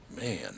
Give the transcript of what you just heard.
man